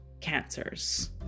cancers